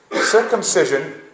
Circumcision